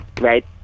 Right